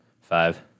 Five